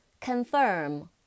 Confirm